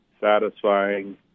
satisfying